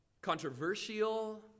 controversial